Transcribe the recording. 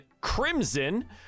Crimson